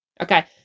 Okay